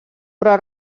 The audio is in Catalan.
però